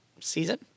season